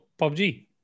PUBG